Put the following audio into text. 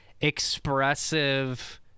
expressive